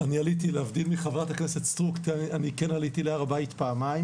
שלהבדיל מחברת הכנסת סטרוק אני כן עליתי להר הבית פעמיים